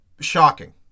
Shocking